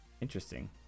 Interesting